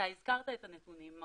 אתה הזכרת את הנתונים,